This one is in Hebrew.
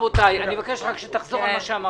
תחזור על מה שאמרת.